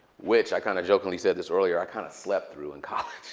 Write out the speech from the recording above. which i kind of jokingly said this earlier, i kind of slept through in college,